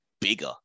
bigger